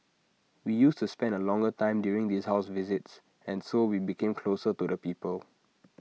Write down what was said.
we used to spend A longer time during this house visits and so we became closer to the people